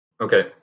Okay